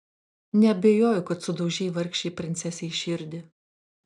neabejoju kad sudaužei vargšei princesei širdį